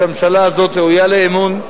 שהממשלה הזאת ראויה לאמון,